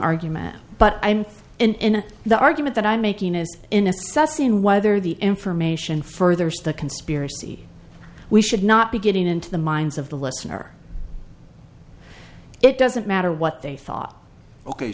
argument but i'm in the argument that i'm making is in assessing whether the information furthers the conspiracy we should not be getting into the minds of the listener it doesn't matter what they thought ok